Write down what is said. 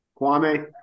Kwame